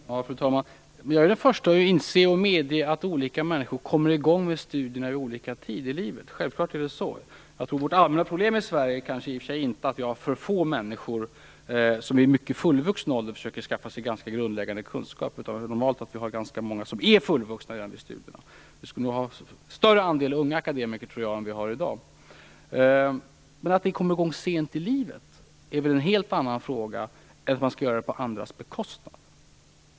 Fru talman! Jag är den första att medge att olika människor kommer i gång med studierna vid olika tidpunkter i livet. Självklart är det så. Vårt allmänna problem i Sverige är i och för sig inte att vi har för få människor som i fullvuxen ålder försöker skaffa sig ganska grundläggande kunskaper. Det är normalt att vi har ganska många som är fullvuxna vid studiernas början. Jag tror att vi borde ha större andel unga akademiker än vi har i dag. Att man kommer i gång sent i livet med studier är en helt annan fråga än att man skall studera på andras bekostnad.